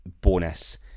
bonus